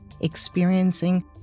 experiencing